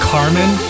carmen